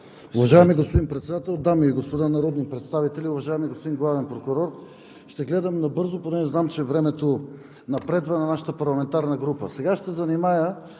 Уважаеми господин Председател, дами и господа народни представители! Уважаеми господин Главен прокурор, ще гледам набързо, тъй като знам, че времето на нашата парламентарна група